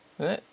is it